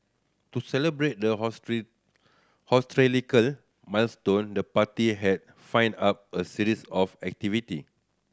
to celebrate the historical milestone the party has find up a series of activity